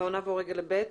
ל-(ב).